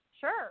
Sure